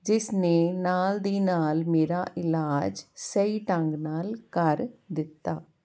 ਜਿਸ ਨੇ ਨਾਲ ਦੀ ਨਾਲ ਮੇਰਾ ਇਲਾਜ ਸਹੀ ਢੰਗ ਨਾਲ ਕਰ ਦਿੱਤਾ